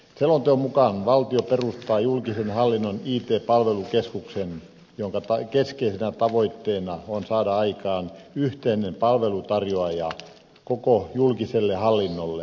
selonteon mukaan valtio perustaa julkisen hallinnon it palvelukeskuksen jonka keskeisenä tavoitteena on saada aikaan yhteinen palveluntarjoaja koko julkiselle hallinnolle